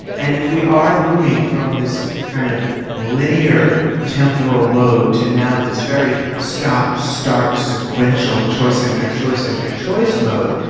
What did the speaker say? and if we are moving from this kind of linear temporal mode to now this very stop start sequential choice after choice after choice mode,